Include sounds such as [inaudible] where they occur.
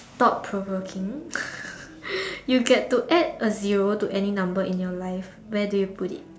thought provoking [laughs] you get to add a zero to any number in your life where do you put it